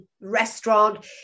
restaurant